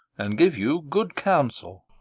and give you good counsel.